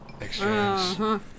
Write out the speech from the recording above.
exchange